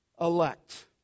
Elect